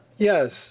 Yes